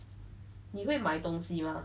你会买东西吗